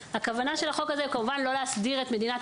והכוונה של החוק הזה היא כמובן לא להסדיר את מדינת